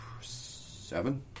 seven